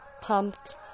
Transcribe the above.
pumped